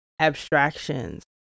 abstractions